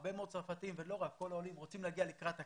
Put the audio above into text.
הרבה מאוד צרפתים ולא רק אלא כל העולים רוצים להגיע לקראת הקיץ,